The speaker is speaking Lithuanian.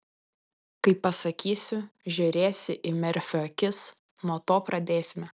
kai pasakysiu žiūrėsi į merfio akis nuo to pradėsime